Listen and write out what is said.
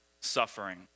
suffering